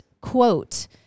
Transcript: quote